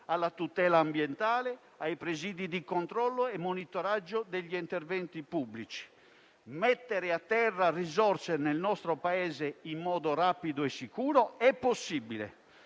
alla tutela ambientale, ai presidi di controllo e monitoraggio degli interventi pubblici. Mettere a terra risorse nel nostro Paese in modo rapido e sicuro è possibile,